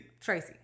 Tracy